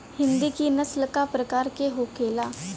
हिंदी की नस्ल का प्रकार के होखे ला?